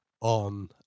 on